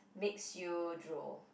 makes you drool